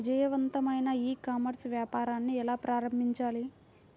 విజయవంతమైన e commerce వ్యాపారాన్ని ఎలా ప్రారంభించాలి?